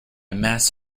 mass